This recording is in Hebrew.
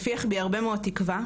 זה מפיח בי הרבה מאוד תקווה.